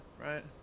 right